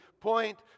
point